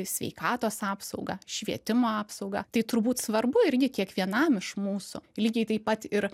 sveikatos apsaugą švietimo apsaugą tai turbūt svarbu irgi kiekvienam iš mūsų lygiai taip pat ir